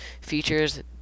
features